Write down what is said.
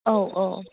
औ औ